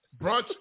Brunch